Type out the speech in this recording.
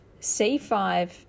C5